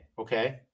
okay